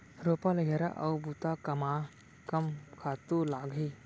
रोपा, लइहरा अऊ बुता कामा कम खातू लागही?